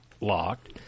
locked